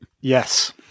Yes